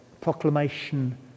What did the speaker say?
proclamation